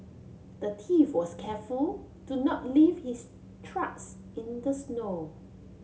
the thief was careful to not leave his tracks in the snow